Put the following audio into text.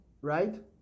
right